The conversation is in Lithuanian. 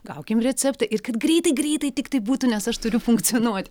gaukim receptą ir kad greitai greitai tiktai būtų nes aš turiu funkcionuot